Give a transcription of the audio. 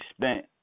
spent